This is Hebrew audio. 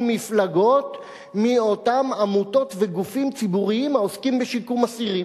מפלגות מאותם עמותות וגופים ציבוריים העוסקים בשיקום אסירים,